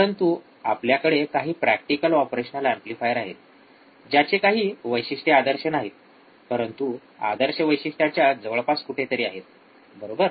परंतु आपल्याकडे काही प्रॅक्टिकल ऑपरेशनल एम्प्लीफायर आहेत ज्याचे काही वैशिष्ट्ये आदर्श नाहीत परंतु आदर्श वैशिष्ट्यांच्या जवळपास कुठेतरी आहेत बरोबर